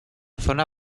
zona